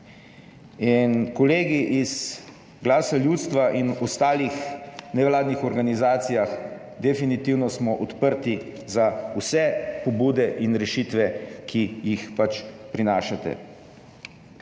Kolegi iz Glasa ljudstva in ostalih nevladnih organizacij, definitivno smo odprti za vse pobude in rešitve, ki jih prinašate.